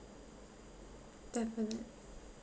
definitely